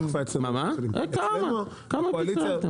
כמה פיצלתם?